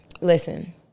listen